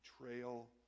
betrayal